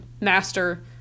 master